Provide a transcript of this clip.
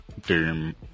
Doom